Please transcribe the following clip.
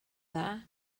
dda